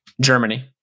Germany